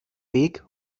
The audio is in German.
weg